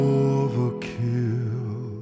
overkill